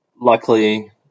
luckily